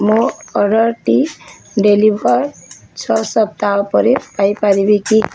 ମୋର ଅର୍ଡ଼ର୍ଟିର ଡେଲିଭର ଛଅ ସପ୍ତାହ ପରେ ପାଇପାରିବି କି